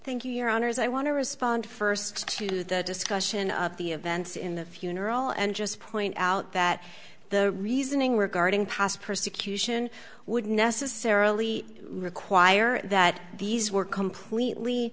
your honors i want to respond first to the discussion of the events in the funeral and just point out that the reasoning regarding past persecution would necessarily require that these were completely